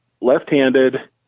left-handed